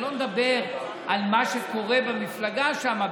אני לא מדבר על מה שקורה במפלגה שם,